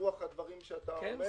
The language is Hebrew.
ברוח הדברים שאתה אומר,